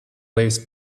waves